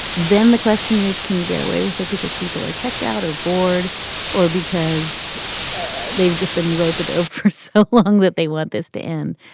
then the question is, can you get away with it because people are checked out or bored or because ah they've just been rope-a-dope for so long that they want this to end?